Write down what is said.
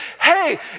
hey